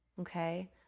Okay